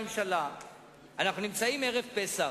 המשמעות,